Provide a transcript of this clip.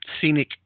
scenic